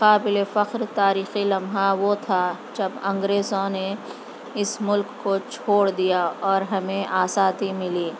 قابل فخر تاریخی لمحہ وہ تھا جب انگریزوں نے اس ملک کو چھوڑ دیا اور ہمیں آزادی ملی